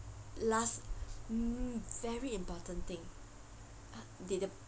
last very important thing did the